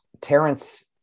Terrence